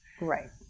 right